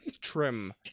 trim